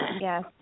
yes